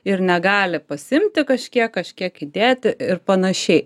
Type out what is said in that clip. ir negali pasiimti kažkiek kažkiek įdėti ir panašiai